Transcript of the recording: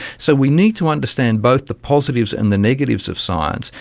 so we need to understand both the positives and the negatives of science,